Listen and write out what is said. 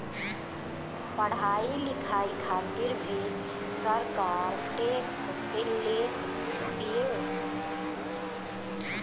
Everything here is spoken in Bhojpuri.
पढ़ाई लिखाई खातिर भी सरकार टेक्स लेत बिया